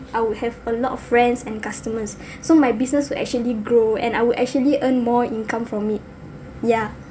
I would have a lot of friends and customers so my business will actually grow and I would actually earn more income from it ya